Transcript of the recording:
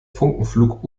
funkenflug